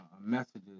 messages